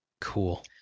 Cool